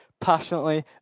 passionately